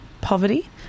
poverty